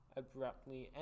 abruptly